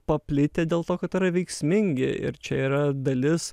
paplitę dėl to kad yra veiksmingi ir čia yra dalis